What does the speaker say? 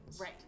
Right